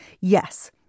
Yes